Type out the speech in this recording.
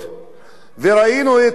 וראינו את המצב